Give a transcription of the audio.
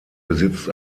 besitzt